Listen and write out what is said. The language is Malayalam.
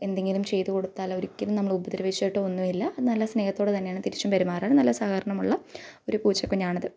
എന്തെങ്കിലും ചെയ്തു കൊടുത്താൽ ഒരിക്കലും നമ്മളെ ഉപദ്രവിച്ചിട്ടൊ ഒന്നുമില്ല നല്ല സ്നേഹത്തോടെ തന്നെയാണ് തിരിച്ചും പെരുമാറണത് നല്ല സഹകരണമുള്ള ഒരു പൂച്ചകുഞ്ഞാണത്